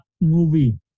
movie